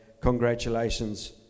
congratulations